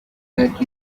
that